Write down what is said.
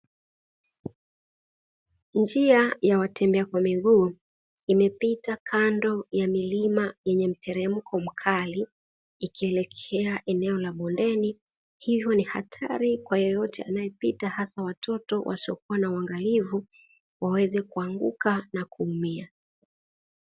Njia ya watembea kwa miguu imepita kando ya milima yenye mteremko mkali, ikielekea eneo la bondeni. Hivyo ni hatari kwa yeyote anayepita hasa watoto wasiokuwa na uangalifu waweze kuanguka na kuumia.